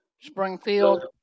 Springfield